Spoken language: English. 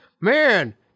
Man